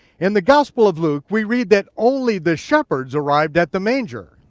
in the gospel of luke, we read that only the shepherds arrived at the manger.